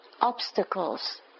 obstacles